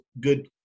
good